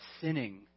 sinning